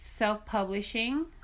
self-publishing